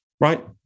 right